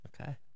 Okay